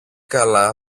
καλά